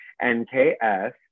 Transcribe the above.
N-K-S